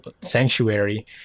sanctuary